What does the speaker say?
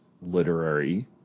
literary